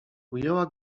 ujęła